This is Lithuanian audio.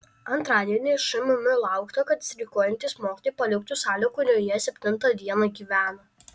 antradienį šmm laukta kad streikuojantys mokytojai paliktų salę kurioje septinta diena gyvena